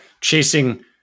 chasing